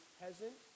peasant